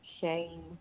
shame